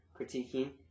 critiquing